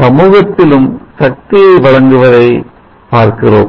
சமூகத்திலும் சக்தியை வழங்குவதை பார்க்கிறோம்